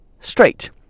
straight